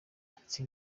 zanditse